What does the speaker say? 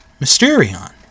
Mysterion